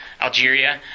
Algeria